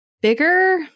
Bigger